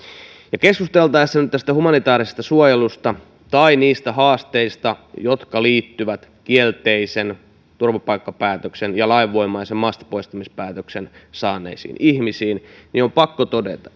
ja keskusteltaessa nyt tästä humanitäärisestä suojelusta tai niistä haasteista jotka liittyvät kielteisen turvapaikkapäätöksen ja lainvoimaisen maastapoistamispäätöksen saaneisiin ihmisiin on pakko todeta